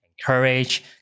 Encourage